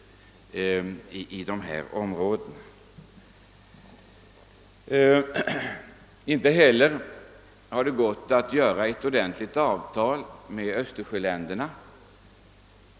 Inte heller har det gått att träffa ett ordentligt avtal med Östersjöländerna.